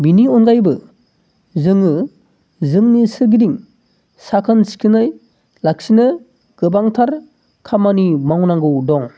बेनि अनगायैबो जोङो जोंनि सोरगिदिं साखोन सिखोनै लाखिनो गोबांथार खामानि मावनांगौ दं